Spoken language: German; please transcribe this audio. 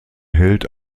hält